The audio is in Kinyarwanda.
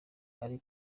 ari